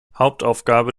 hauptaufgabe